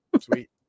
Sweet